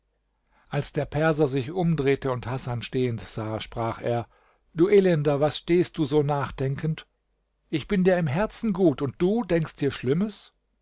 als der perser sich umdrehte und hasan stehend sah sprach er du elender was stehst du so nachdenkend ich bin dir im herzen gut und du denkst dir schlimmes